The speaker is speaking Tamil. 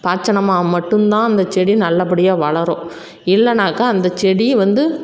பாச்சுனோமா மட்டும் தான் அந்த செடி நல்லபடியாக வளரும் இல்லைனாக்கா அந்த செடி வந்து